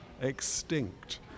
Extinct